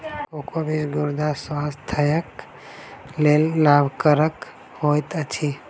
cocoa बीज गुर्दा स्वास्थ्यक लेल लाभकरक होइत अछि